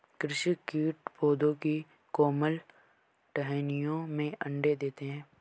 कृषि कीट पौधों की कोमल टहनियों में अंडे देते है